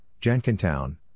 Jenkintown